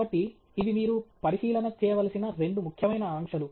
కాబట్టి ఇవి మీరు పరిశీలన చేయవలసిన రెండు ముఖ్యమైన ఆంక్షలు